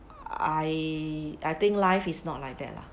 I I think life is not like that lah